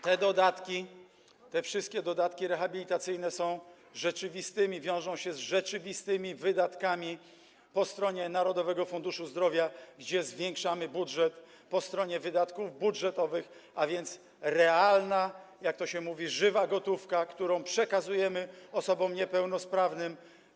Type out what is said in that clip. Te wszystkie dodatki rehabilitacyjne wiążą się z rzeczywistymi wydatkami po stronie Narodowego Funduszu Zdrowia, gdzie zwiększamy budżet po stronie wydatków budżetowych, a więc jest to realna, jak to się mówi, żywa gotówka, którą przekazujemy osobom niepełnosprawnym.